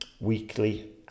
weekly